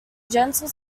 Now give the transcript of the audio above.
gentle